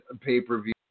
pay-per-view